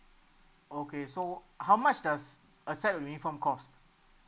okay so how much does a set of uniform costs